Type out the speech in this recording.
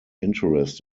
interest